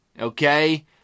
Okay